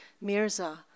Mirza